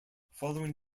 following